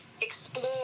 explore